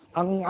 ang